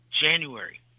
January